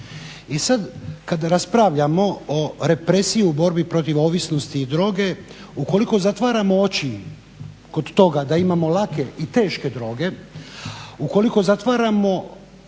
I sad kada raspravljamo o represiji u borbi protiv ovisnosti i droge ukoliko zatvaramo oči kod toga da imamo lake i teške droge, ukoliko zatvaramo